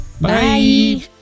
Bye